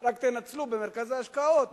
רק תנצלו במרכז ההשקעות.